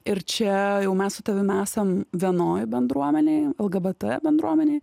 ir čia jau mes su tavim esam vienoj bendruomenėj lgbt bendruomenėj